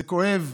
זה כואב,